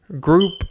group